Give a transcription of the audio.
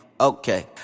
Okay